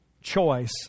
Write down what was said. choice